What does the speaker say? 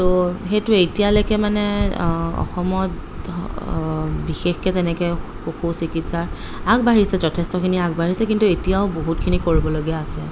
তো সেইটোৱেই এতিয়ালৈকে মানে অসমত বিশেষকৈ তেনেকৈ পশু চিকিৎসা আগবাঢ়িছে যথেষ্টখিনি আগবাঢ়িছে কিন্তু এতিয়াও বহুতখিনি কৰিবলগীয়া আছে